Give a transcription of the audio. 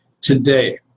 Today